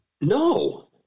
No